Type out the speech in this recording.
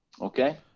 Okay